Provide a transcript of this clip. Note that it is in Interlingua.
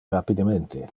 rapidemente